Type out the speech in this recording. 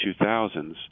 2000s